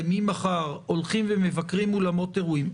ממחר הולכים ומבקרים אולמות אירועים?